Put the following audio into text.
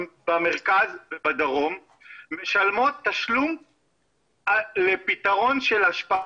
במרכז ובדרום משלמות תשלום לפתרון של אשפה.